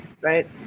right